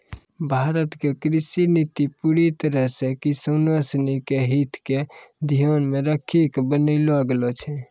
भारत के कृषि नीति पूरी तरह सॅ किसानों सिनि के हित क ध्यान मॅ रखी क बनैलो गेलो छै